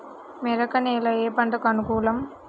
మెరక నేల ఏ పంటకు అనుకూలం?